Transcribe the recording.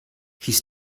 his